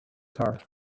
star